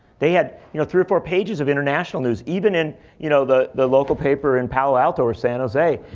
they had you know three or four pages of international news. even in you know the the local paper in palo alto or san jose,